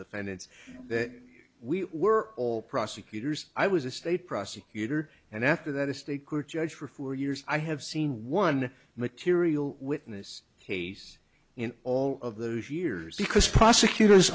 defendants that we were all prosecutors i was a state prosecutor and after that it's the court judge for four years i have seen one material witness case in all of those years because prosecutors